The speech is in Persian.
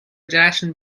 جشن